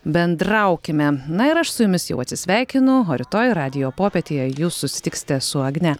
bendraukime na ir aš su jumis jau atsisveikinu o rytoj radijo popietėje jūs susitiksite su agne